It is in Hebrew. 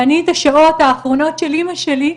ואני את השעות האחרונות של אמא שלי,